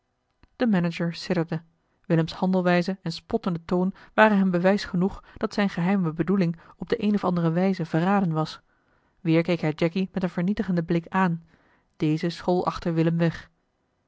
de manager sidderde willems handelwijze en spottende toon waren hem bewijs genoeg dat zijne geheime bedoeling op de eene of andere wijze verraden was weer keek hij jacky met een vernietigenden blik aan deze school achter willem weg